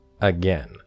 Again